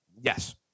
Yes